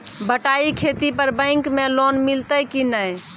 बटाई खेती पर बैंक मे लोन मिलतै कि नैय?